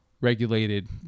regulated